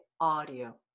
audio